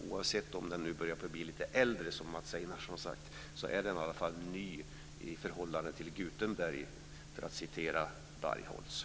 Oavsett om den nu börjar bli lite äldre, som Mats Einarsson har sagt, så är den i alla fall ny i förhållande till Gutenberg, för att citera Bargholtz.